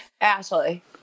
Ashley